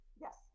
Yes